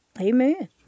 Amen